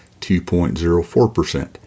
2.04%